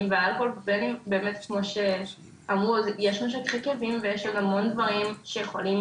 ואלכוהול באמת כמו שאמרו יש משככי כאבים ויש עוד המון דברים שיכולים